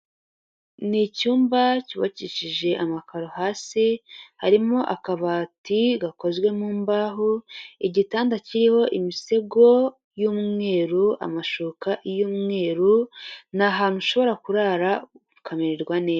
Ni icyumba cyubakishije amakaro hasi, harimo akabati gakozwe mu mbaho, igitanda kiriho imisego y'umweru, amashuka y'umweru, ni ahantu ushobora kurara ukamererwa neza.